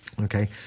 Okay